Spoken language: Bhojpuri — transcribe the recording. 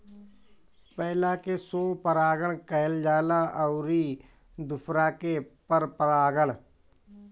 पहिला से स्वपरागण कहल जाला अउरी दुसरका के परपरागण